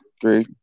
three